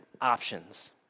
options